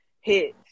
Hits